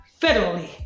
federally